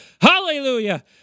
Hallelujah